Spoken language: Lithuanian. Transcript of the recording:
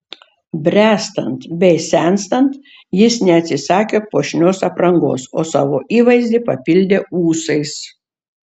bręstant bei senstant jis neatsisakė puošnios aprangos o savo įvaizdį papildė ūsais